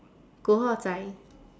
古惑仔